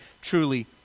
truly